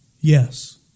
Yes